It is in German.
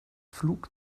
flug